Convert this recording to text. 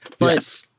Yes